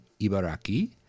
Ibaraki